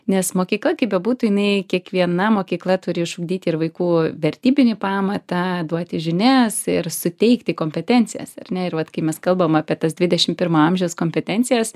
nes mokykla kaip bebūtų jinai kiekviena mokykla turi išugdyti ir vaikų vertybinį pamatą duoti žinias ir suteikti kompetencijas ar ne ir vat kai mes kalbam apie tas dvidešim pirmo amžiaus kompetencijas